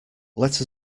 let